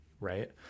right